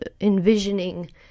envisioning